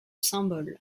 symboles